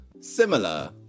Similar